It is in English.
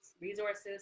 resources